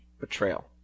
Betrayal